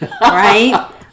right